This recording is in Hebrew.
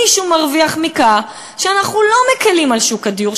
מישהו מרוויח מכך שאנחנו לא מקלים על שוק הדיור,